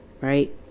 right